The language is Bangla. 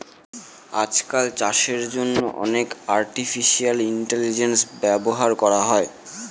আজকাল চাষের জন্য অনেক আর্টিফিশিয়াল ইন্টেলিজেন্স ব্যবহার করা হয়